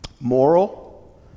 Moral